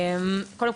ראשית,